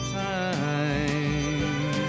time